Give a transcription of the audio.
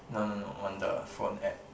no no no on the phone app